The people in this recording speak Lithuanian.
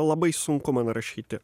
labai sunku man rašyti